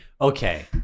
Okay